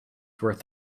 worth